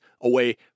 away